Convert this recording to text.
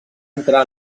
entrar